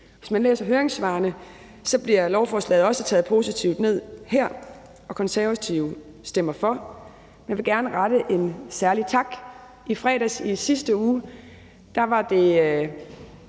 Hvis man læser høringssvarene, bliver lovforslaget også taget positivt ned her, og Konservative stemmer for, men vil gerne rette en særlig tak. I fredags i sidste uge var det